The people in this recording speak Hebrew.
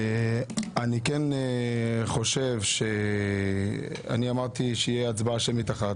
אני אמרתי שתהיה הצבעה שמית אחת.